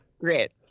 Great